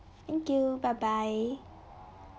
thank you bye bye